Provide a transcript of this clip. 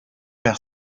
perd